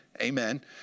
amen